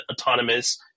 autonomous